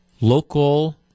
local